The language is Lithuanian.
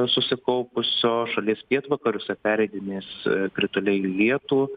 susikaupusio šalies pietvakariuose pereidinės krituliai į lietų